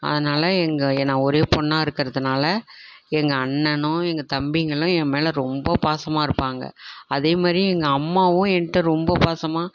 அதனால் எங்கள் நான் ஒரே பொண்ணாக இருக்கிறதுனால எங்கள் அண்ணனும் எங்கள் தம்பிகளும் என் மேலே ரொம்ப பாசமாக இருப்பாங்க அதே மாதிரி எங்கள் அம்மாவும் என்ட்ட ரொம்ப பாசமாக